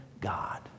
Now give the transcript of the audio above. God